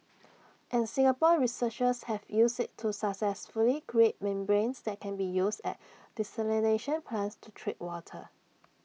and Singapore researchers have used IT to successfully create membranes that can be used at desalination plants to treat water